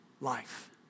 life